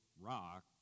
rock